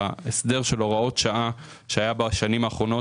וההסדר של הוראות שעה שהיה בשנים האחרונות,